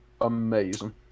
Amazing